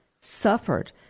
suffered